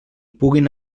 puguin